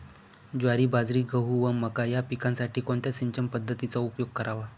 ज्वारी, बाजरी, गहू व मका या पिकांसाठी कोणत्या सिंचन पद्धतीचा उपयोग करावा?